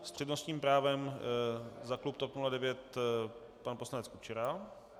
S přednostním právem za klub TOP 09 pan poslanec Kučera.